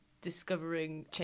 discovering